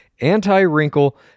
anti-wrinkle-